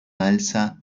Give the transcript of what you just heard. alza